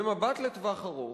במבט לטווח ארוך,